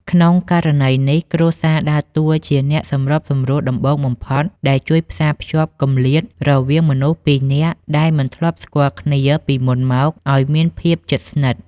ក្នុងករណីនេះ គ្រួសារដើរតួជាអ្នកសម្របសម្រួលដំបូងបំផុតដែលជួយផ្សារភ្ជាប់គម្លាតរវាងមនុស្សពីរនាក់ដែលមិនធ្លាប់ស្គាល់គ្នាពីមុនមកឱ្យមានភាពជិតស្និទ្ធ។